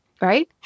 right